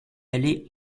allée